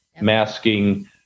masking